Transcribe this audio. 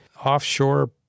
offshore